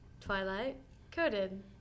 Twilight-coded